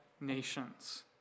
nations